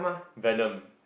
venom